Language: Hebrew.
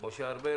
משה ארבל,